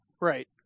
Right